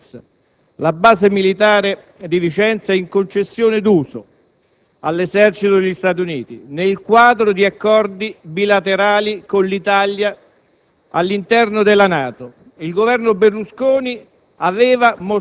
della 173a Brigata paracadutisti di stanza a Vicenza. La base militare di Vicenza è in concessione d'uso all'esercito degli Stati Uniti, nel quadro di accordi bilaterali con l'Italia